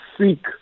seek